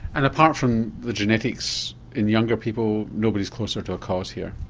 and apart from the genetics in younger people nobody is closer to a cause here?